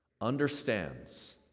understands